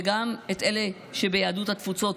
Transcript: וגם את אלה שביהדות התפוצות,